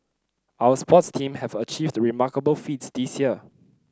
our sports team have achieved remarkable feats this year